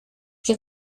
que